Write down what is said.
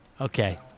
Okay